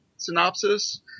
synopsis